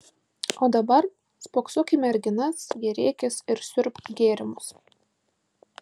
o dabar spoksok į merginas gėrėkis ir siurbk gėrimus